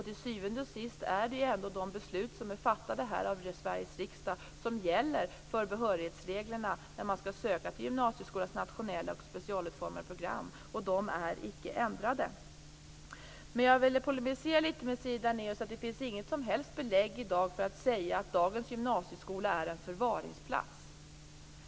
Till syvende och sist är det ändå de beslut om behörighetsreglerna när man skall söka till gymnasieskolans nationella och specialutformade program som är fattade här av Sveriges riksdag som gäller, och de är icke ändrade. Men jag vill polemisera litet med Siri Dannaeus. Det finns inget som helst belägg för att säga att dagens gymnasieskola är en förvaringsplats.